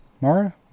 Mara